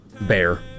bear